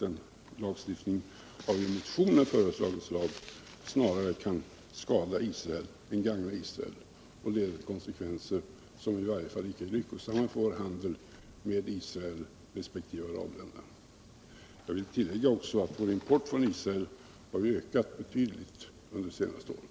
En lagstiftning av i motionen föreslaget slag tror jag snarare kan skada än gagna Israel, och det är väl en konsekvens som i varje fall icke är lyckosam för vår handel med Israel resp. arabländerna. Jag vill tillägga att vår import från Israel har ökat betydligt under det senaste året.